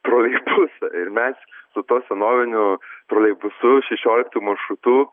troleibusą ir mes su tuo senoviniu troleibusu šešioliktu maršrutu